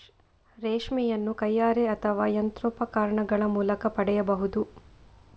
ರೇಷ್ಮೆಯನ್ನು ಕೈಯಾರೆ ಅಥವಾ ಯಂತ್ರೋಪಕರಣಗಳ ಮೂಲಕ ಪಡೆಯಬಹುದು